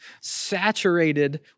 saturated